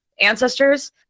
ancestors